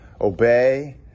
obey